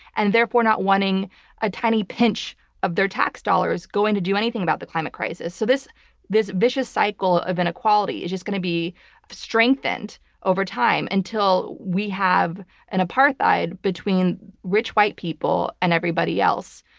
and therefore not wanting a tiny pinch of their tax dollars going to do anything about the climate crisis. so this this vicious cycle of inequality is just going to be strengthened over time until we have an apartheid between rich white people and everybody else.